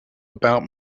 about